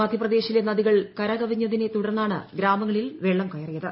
മധ്യപ്രദേശിലെ നദികൾ കരകവിഞ്ഞതിനെ ത്തുടർന്നാണ് ഗ്രാമങ്ങളിൽ വെള്ളം കയറിയത്